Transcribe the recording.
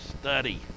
study